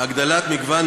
הגדלת מגוון,